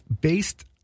based